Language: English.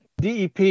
DEP